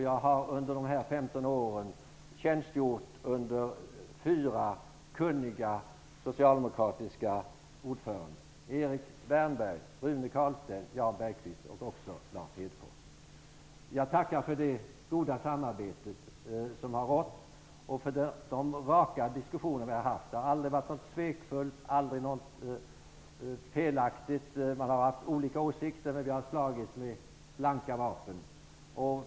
Jag har under dessa 15 år tjänstgjort under fyra kunniga socialdemokratiska ordförande: Erik Lars Hedfors. Jag tackar för det goda samarbete som vi har haft och för de raka diskussioner vi har fört. Det har aldrig varit något svekfullt, aldrig något felaktigt. Vi har haft olika åsikter, men vi har slagits med blanka vapen.